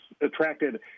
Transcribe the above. attracted